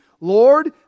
Lord